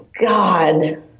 God